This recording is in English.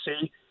see